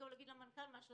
מייד.